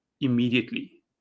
immediately